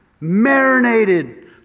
marinated